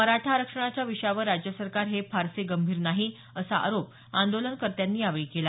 मराठा आरक्षणाच्या विषयावर राज्य सरकार हे फारसे गंभीर नाही असा आरोप आंदोलनकर्त्यांनी यावेळी केला